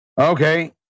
Okay